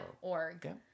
org